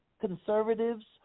conservatives